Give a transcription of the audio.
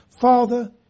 Father